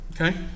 okay